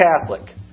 Catholic